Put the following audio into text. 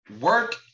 work